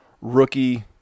rookie